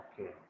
okay